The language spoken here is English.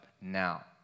now